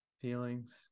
feelings